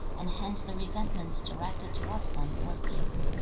and hence the resentments directed towards them were few